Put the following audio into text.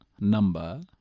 number